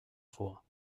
vor